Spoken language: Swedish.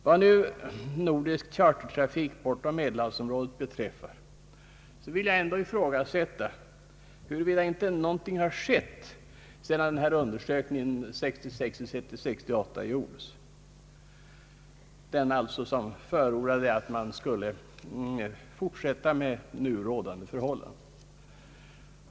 Vad nu nordisk chartertrafik bortom Medelhavsområdet beträffar vill jag ändå ifrågasätta, huruvida inte någonting har skett sedan den undersökning gjordes 1966—1968, vilken ledde till att man förordade en fortsättning på nu rådande förhållanden.